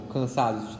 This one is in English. Cansados